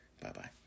Bye-bye